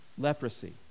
Leprosy